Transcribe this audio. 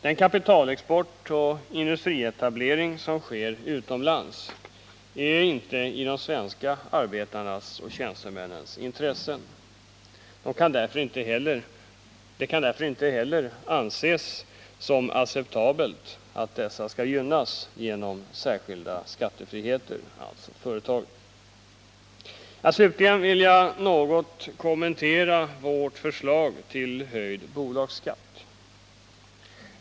Den kapitalexport och industrietablering som sker utomlands är inte i de svenska arbetarnas och tjänstemännens intresse. Det kan därför inte heller anses som acceptabelt att dessa företag skall gynnas genom särskilda skattefriheter. Slutligen vill jag något kommentera vårt förslag till höjd bolagsskatt.